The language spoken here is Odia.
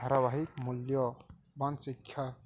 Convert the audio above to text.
ଧାରାବାହି ମୂଲ୍ୟ ବାଂ ଶିକ୍ଷା